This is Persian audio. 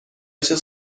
چیز